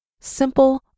simple